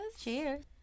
Cheers